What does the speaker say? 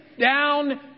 down